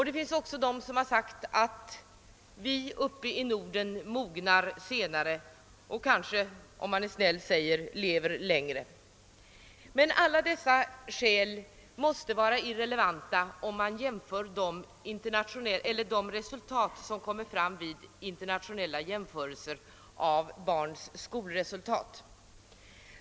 Det finns också de som sagt att vi här uppe i Norden mognar senare — och om man är snäll säger man kanske också att vi lever längre. Men alla dessa skäl måste vara irrelevanta, om man ser till de resultat som kommer fram vid internationella jämförelser av barns skolresultat.